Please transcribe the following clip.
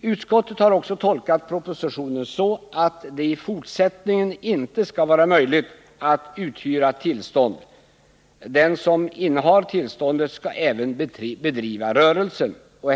Utskottet har också tolkat propositionen så att det i fortsättningen inte skall vara möjligt att uthyra tillstånd. Den som innehar tillståndet skall även bedriva rörelsen.